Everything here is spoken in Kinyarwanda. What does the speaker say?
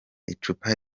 icupa